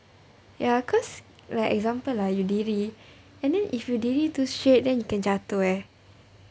ya cause like example ah you diri and then if you diri too straight then you can jatuh eh